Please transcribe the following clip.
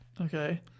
Okay